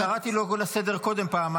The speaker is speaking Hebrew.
--- כי קראתי אותו קודם לסדר פעמיים.